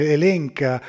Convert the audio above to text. elenca